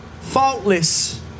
faultless